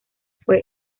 fue